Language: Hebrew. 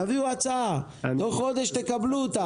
תביאו הצעה ותוך חודש תקבלו אותה.